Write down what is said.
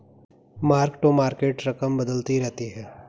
mark to market रकम बदलती रहती है